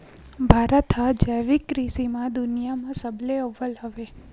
भारत हा जैविक कृषि मा दुनिया मा सबले अव्वल हवे